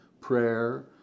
prayer